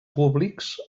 públics